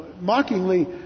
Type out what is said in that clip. mockingly